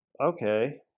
Okay